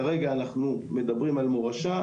כרגע אנחנו מדברים על מורשה.